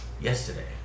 yesterday